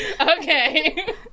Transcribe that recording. Okay